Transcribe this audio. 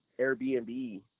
Airbnb